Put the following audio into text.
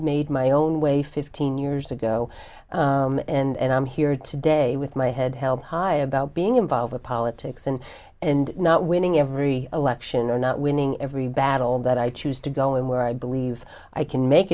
made my own way fifteen years ago and i'm here today with my head held high about being involved in politics and and not winning every election or not winning every battle that i choose to go in where i believe i can make